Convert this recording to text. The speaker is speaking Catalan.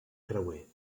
creuer